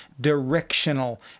directional